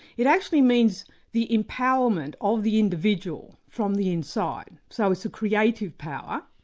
it actually means the empowerment of the individual from the inside, so it's a creative power.